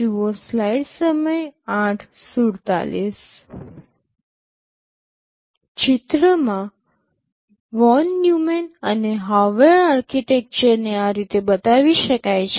ચિત્રમાં von Neumann અને Harvard આર્કિટેક્ચર્સને આ રીતે બતાવી શકાય છે